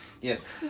Yes